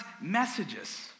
messages